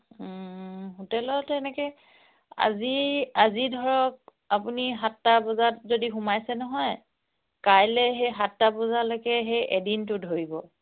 হোটেলত এনেকৈ আজি আজি ধৰক আপুনি সাতটা বজাত যদি সোমাইছে নহয় কাইলৈ সেই সাতটা বজালৈকে সেই এদিনটো ধৰিব